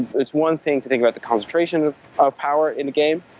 it's one thing to think about the concentration of of power in game.